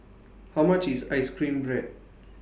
How much IS Ice Cream Bread